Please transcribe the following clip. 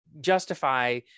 justify